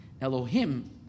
Elohim